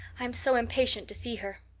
i'm so impatient to see her.